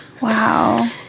Wow